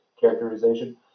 characterization